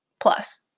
plus